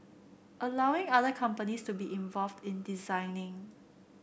allowing other companies to be involved in designing